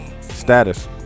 status